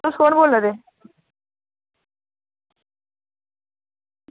तुस कु'न बोल्ला दे